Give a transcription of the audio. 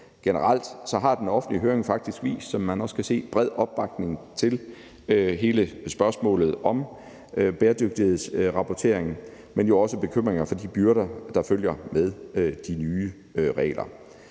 Generelt har den offentlige høring faktisk vist, som man også kan se, bred opbakning til hele spørgsmålet om bæredygtighedsrapportering, men jo også bekymringer for de byrder, der følger med de nye regler.